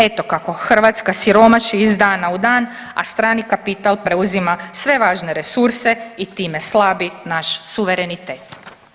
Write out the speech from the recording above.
Eto kako Hrvatska siromaši iz dana u dan, a strani kapital preuzima sve važne resurse i time slabi naš suverenitet.